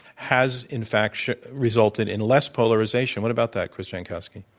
has in fact resulted in less polarization. what about that, chris jankowski?